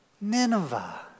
Nineveh